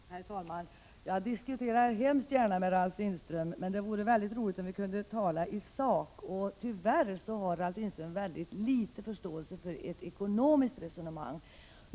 Herr talman! Jag diskuterar mycket gärna med Ralf Lindström, men det vore roligt om vi kunde tala i sak. Tyvärr har Ralf Lindström mycket liten förståelse för ett ekonomiskt resonemang.